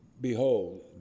Behold